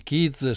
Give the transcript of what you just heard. Kids